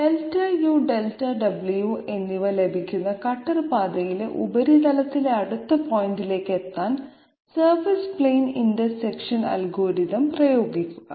Δu Δw എന്നിവ ലഭിക്കുന്ന കട്ടർ പാതയിലെ ഉപരിതലത്തിലെ അടുത്ത പോയിന്റിലേക്ക് എത്താൻ സർഫസ് പ്ലെയ്ൻ ഇന്റർസെക്ഷൻ അൽഗോരിതം പ്രയോഗിക്കുക